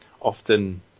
often